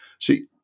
see